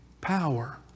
Power